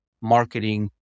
marketing